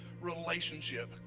relationship